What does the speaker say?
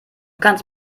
kannst